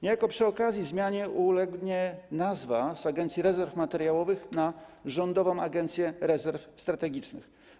Niejako przy okazji zmianie ulegnie nazwa, z Agencji Rezerw Materiałowych na Rządową Agencję Rezerw Strategicznych.